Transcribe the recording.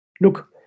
Look